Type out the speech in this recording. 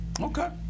Okay